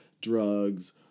drugs